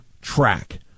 track